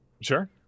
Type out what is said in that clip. sure